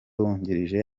wungirije